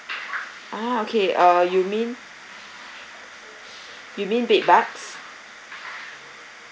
ah okay uh you mean you mean bed bugs